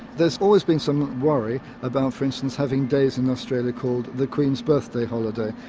there's always been some worry about for instance having days in australia called the queen's birthday holiday.